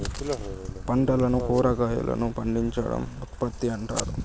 పంటలను కురాగాయలను పండించడం ఉత్పత్తి అంటారు